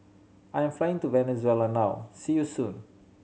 I'm flying to Venezuela now see you soon